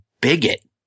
bigot